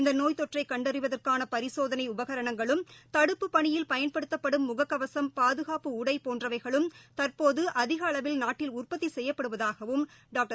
இந்தநோய்த்தொற்றைகண்டறிவதற்கானபரிசோதனைஉ பகரணங்களும் தடுப்பு பணியில் பயன்படுத்தப்படும் முகக்கவசம் பாதுகாப்பு உடைபோன்றவைகளும் தற்போதுஅதிகளவில் நாட்டில் உற்பத்திசெய்யப்படுவதாகவும் டாக்டர்